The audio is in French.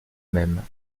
même